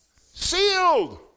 Sealed